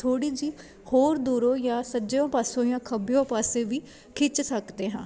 ਥੋੜ੍ਹੀ ਜਿਹੀ ਹੋਰ ਦੂਰੋਂ ਜਾਂ ਸੱਜਿਓ ਪਾਸੋਂ ਜਾਂ ਖੱਬਿਓ ਪਾਸੇ ਵੀ ਖਿੱਚ ਸਕਦੇ ਹਾਂ